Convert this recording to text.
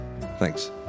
Thanks